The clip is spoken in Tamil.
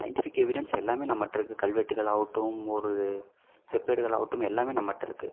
சயின்டிஃபிக் எவிடன்ஸ் எல்லாமே நம்மகிட்ட இருக்கு கல்வெட்டுகள் ஆகட்டும் ஒரு செப்பேடுகள் ஆகட்டும் எல்லாமே நம்மகிட்ட இருக்கு